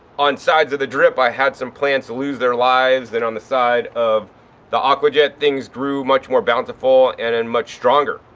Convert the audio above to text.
on sides of the drip i had some plants lose their lives. then on the side of the aquajet things grew much more bountiful and and much stronger.